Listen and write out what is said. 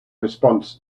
response